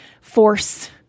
force